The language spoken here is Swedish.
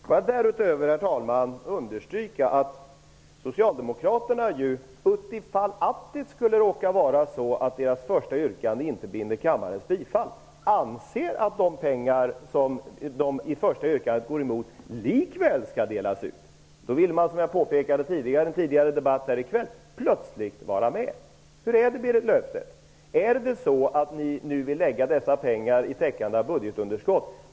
Får jag därutöver, herr talman, understryka att Socialdemokraterna ju, utifall att det skulle råka vara så att deras första yrkande inte vinner kammarens bifall, anser att de pengar, som de i första yrkandet går emot, likväl skall delas ut. Då vill man, som jag påpekade tidigare här i kväll, plötsligt vara med! Hur är det, Berit Löfstedt: Är det så att ni nu vill lägga dessa pengar till att täcka budgetunderskottet?